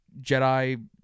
Jedi